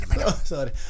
Sorry